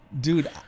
Dude